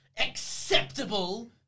acceptable